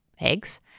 eggs